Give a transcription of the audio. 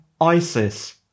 ISIS